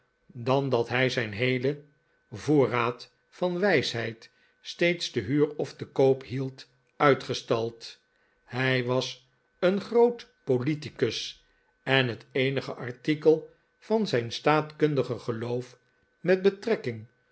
dan dat hij zijn heelen voorraad van wijsheid steeds te huur of te koop hield uitgestald hij was een groot posticus en het eenige artikel van zijn staatkundige geloof met betrekking